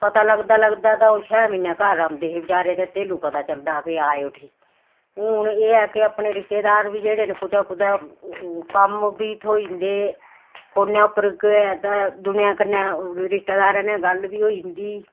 पता लगदा लगदा तां ओह् छे म्हीनै घर औंदे हे बचारे तां तेल्लू पता चलदा हा के आए उठी हून एह् ऐ कि अपने रिश्तेदार बी जेह्ड़े न कुतै कुतै कम्म बी थ्होई जंदे फोने उप्पर केह् ऐ ते दुनिया कन्नै रिश्तेदारे कन्नै गल्ल बी होई जंदी